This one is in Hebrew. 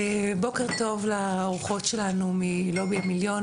בוקר טוב לאורחות שלנו "מלובי המיליון",